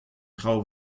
traoù